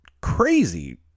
crazy